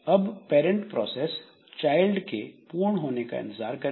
अब parent process child के पूर्ण होने का इंतजार करेगी